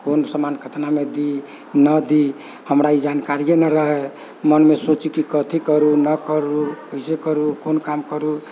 कोन सामान कितनामे दी न दी हमरा ई जानकारियै न रहै मनमे सोची कि कथि करू नहि करू कइसे करू कोन काम करू